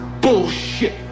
bullshit